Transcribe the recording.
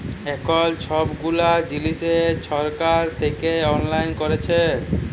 এখল ছব গুলা জিলিস ছরকার থ্যাইকে অললাইল ক্যইরেছে